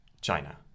China